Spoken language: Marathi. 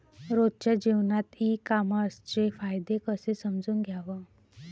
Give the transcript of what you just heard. रोजच्या जीवनात ई कामर्सचे फायदे कसे समजून घ्याव?